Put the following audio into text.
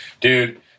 dude